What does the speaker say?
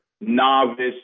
novice